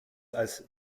als